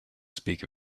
speak